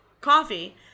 coffee